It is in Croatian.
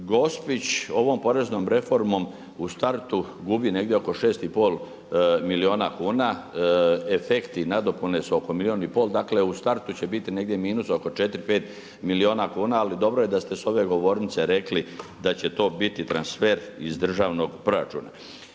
Gospić ovom poreznom reformom u startu gubi negdje oko 6,5 milijuna kuna. Efekti nadopune su oko 1,5 milijun. Dakle u startu će biti negdje minusa oko 4, 5 milijuna kuna ali dobro je da ste s ove govornice rekli da će to biti transfer iz državnog proračuna.